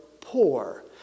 poor